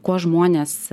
kuo žmonės